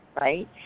right